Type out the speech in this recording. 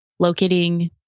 Locating